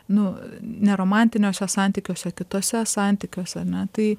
nu ne romantiniuose santykiuose o kituose santykiuose ane tai